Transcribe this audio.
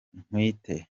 ntwite